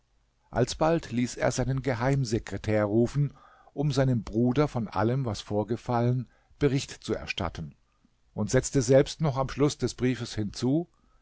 alsbald ließ er seinen geheimsekretär rufen um seinem bruder von allem was vorgefallen bericht zu erstatten und setzte selbst noch am schluß des briefes hinzu